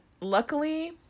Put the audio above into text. luckily